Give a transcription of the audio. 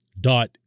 dot